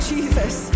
Jesus